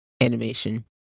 animation